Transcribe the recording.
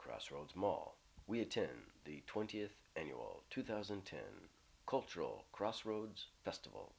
crossroads mall we attend the twentieth annual two thousand and ten cultural crossroads festival